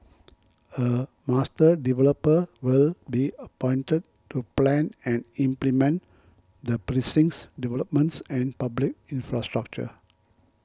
a master developer will be appointed to plan and implement the precinct's developments and public infrastructure